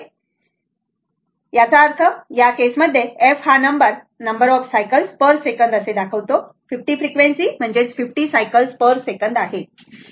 तर 50 cycle per second बरोबर तर याचा अर्थ तर या केस मध्ये f हा number of cycle per second 50 frequency म्हणजे हे 50 सायकल पर सेकंद आहेत बरोबर